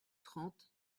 trente